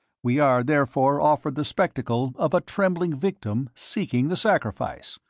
we are, therefore, offered the spectacle of a trembling victim seeking the sacrifice.